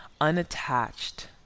unattached